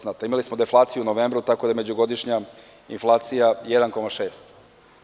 Imali smo deflaciju u novembru, tako da je međugodišnja inflacija 1,6%